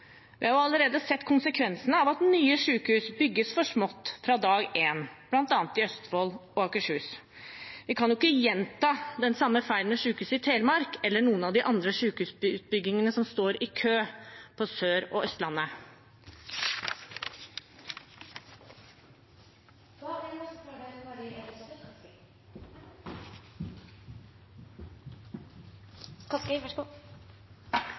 Vi har allerede sett konsekvensene av at nye sykehus bygges for små fra dag én, bl.a. i Østfold og Akershus. Vi kan ikke gjenta den samme feilen med Sykehuset Telemark eller noen av de andre sykehusutbyggingene som står i kø på Sør- og